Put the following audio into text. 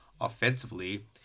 offensively